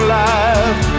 life